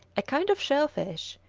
a kind of shell fish,